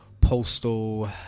Postal